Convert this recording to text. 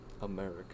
America